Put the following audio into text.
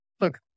look